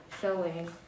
showing